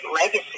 legacy